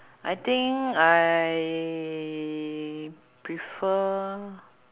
I think I prefer